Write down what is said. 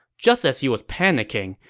just as he was panicking,